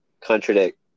contradict